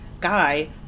guy